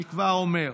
אני כבר אומר.